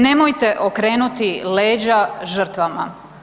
Nemojte okrenuti leđa žrtvama.